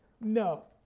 no